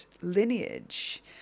lineage